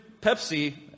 Pepsi